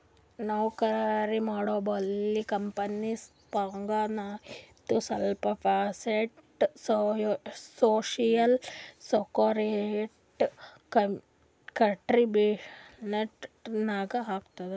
ನೌಕರಿ ಮಾಡೋರ್ಬಲ್ಲಿ ಕಂಪನಿ ಪಗಾರ್ನಾಗಿಂದು ಸ್ವಲ್ಪ percent social security contribution tax ನಾಗ್ ಹಾಕ್ತಾರ್